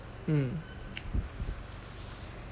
hmm